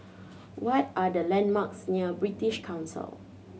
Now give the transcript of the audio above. what are the landmarks near British Council